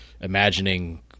imagining